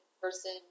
person